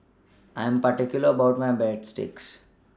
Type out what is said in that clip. I Am particular about My Breadsticks